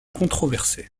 controversée